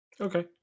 Okay